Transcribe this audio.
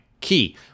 key